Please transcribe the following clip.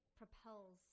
propels